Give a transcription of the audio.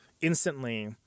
instantly